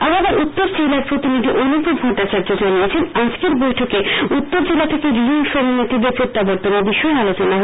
আমাদের উত্তর জেলার প্রতিনিধি অনুপম ভট্টাচার্য্য জানিয়েছেন আজকের বৈঠকে উত্তর জেলা থেকে রিয়াং শরণার্থীদের প্রত্যাবর্তনের বিষয়ে আলোচনা হয়